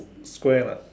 Square lah